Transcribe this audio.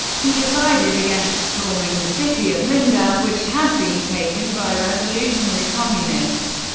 he decided against storming the city of lindau, which had been taken by revolutionary communists.